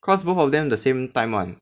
cause both of them the same time [one]